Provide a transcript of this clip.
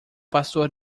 pastor